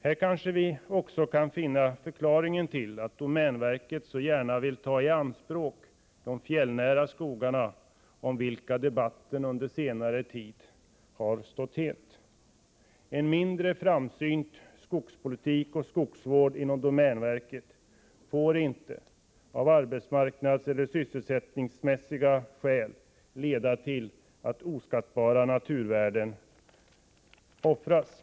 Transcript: Här kanske vi också kan finna förklaringen till att domänverket så gärna vill ta i anspråk de fjällnära skogarna, om vilka debatten under senare tid har stått het. En mindre framsynt skogspolitik och skogsvård inom domänverket får inte, av arbetsmarknadseller sysselsättningsmässiga skäl, leda till att oskattbara naturvärden offras.